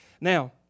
Now